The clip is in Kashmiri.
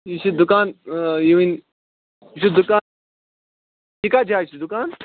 یہِ چھِ دُکان ؤنۍ یہِ چھُ دُکان یہِ کَتھ جایہِ چھُ دُکان